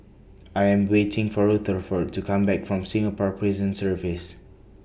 I Am waiting For Rutherford to Come Back from Singapore Prison Service